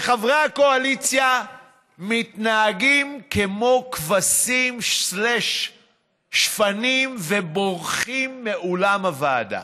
וחברי הקואליציה מתנהגים כמו כבשים/שפנים ובורחים מאולם הוועדה.